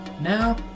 now